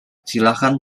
silakan